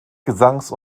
gesangs